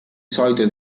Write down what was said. solito